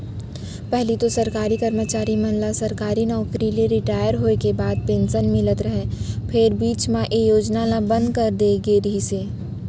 पहिली तो सरकारी करमचारी मन ल सरकारी नउकरी ले रिटायर होय के बाद पेंसन मिलत रहय फेर बीच म ए योजना ल बंद करे दे गे रिहिस हे